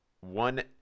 one